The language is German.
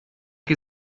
die